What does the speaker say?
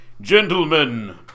gentlemen